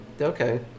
okay